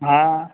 हा